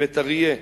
בית-אריה,